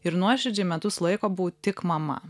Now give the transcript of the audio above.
ir nuoširdžiai metus laiko būt tik mama